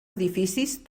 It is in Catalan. edificis